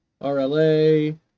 rla